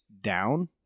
down